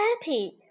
happy